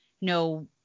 no